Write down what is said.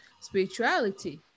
spirituality